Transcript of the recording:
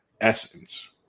essence